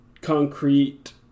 concrete